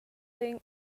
thing